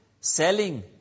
selling